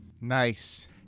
Nice